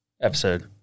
episode